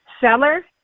seller